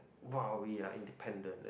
!wow! we are independent